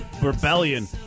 Rebellion